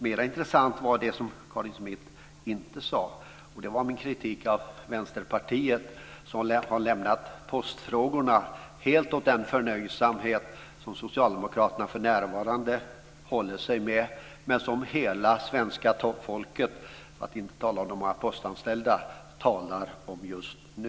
Mer intressant var det som Karin Svensson Smith inte sade om min kritik av Vänsterpartiet, som lär ha lämnat postfrågorna helt åt den förnöjsamhet som Socialdemokraterna för närvarande håller sig med men som hela svenska toppfolket, för att inte tala om de postanställda, talar om just nu.